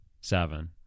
seven